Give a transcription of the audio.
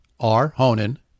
rhonan